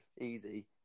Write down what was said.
easy